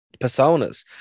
personas